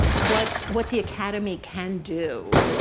what what the academy can do